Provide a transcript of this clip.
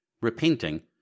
repenting